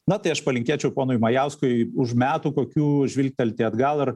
na tai aš palinkėčiau ponui majauskui už metų kokių žvilgtelti atgal ar